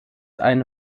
eine